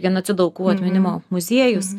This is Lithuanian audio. genocido aukų atminimo muziejus